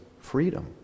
freedom